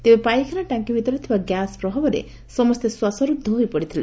ତେବେ ପାଇଖାନା ଟାଙ୍କି ଭିତରେ ଥିବା ଗ୍ୟାସ୍ ପ୍ରଭାବରେ ସମସେ ଶ୍ୱାଶରୁଦ୍ଧ ହୋଇପଡିଥିଲେ